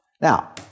Now